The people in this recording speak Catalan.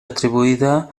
atribuïda